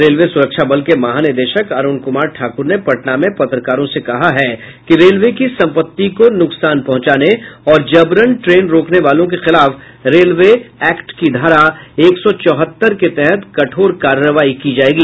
railway सुरक्षा बल के महानिदेशक अरुण कुमार ठाकुर ने पटना में पत्रकारों से कहा है कि रेलवे की सम्पत्ति को नुकसान पहुंचाने और जबरन ट्रेन रोकने वालों के खिलाफ रेलवे ऐक्ट की धारा एक सौ चौहत्तर के तहत कठोर कार्रवाई की जायेगी